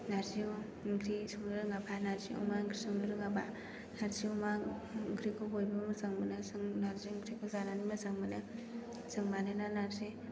नारजि ओंख्रि संनो रोङाबा नारजि अमा ओंख्रि संनो रोङाबा नारजि अमा ओंख्रिखौ बयबो मोजां मोनो जों नारजि ओंख्रिखौ जानानै मोजां मोनो जों मानोना नारजि